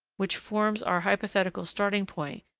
which forms our hypothetical starting point,